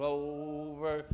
over